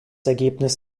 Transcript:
ergebnis